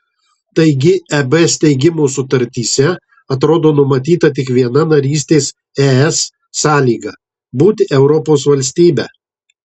taigi eb steigimo sutartyse atrodo numatyta tik viena narystės es sąlyga būti europos valstybe